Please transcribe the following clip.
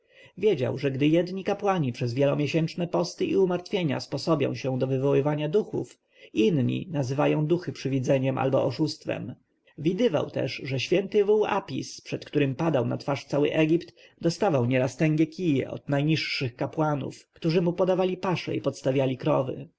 wiedział że gdy jedni kapłani przez wielomiesięczne posty i umartwienia sposobią się do wywoływania duchów inni nazywają duchy przywidzeniem albo oszustwem widywał też że święty wół apis przed którym padał na twarz cały egipt dostawał nieraz tęgie kije od najniższych kapłanów którzy mu podawali paszę i podstawiali krowy